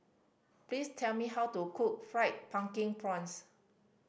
please tell me how to cook Fried Pumpkin Prawns